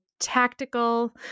Tactical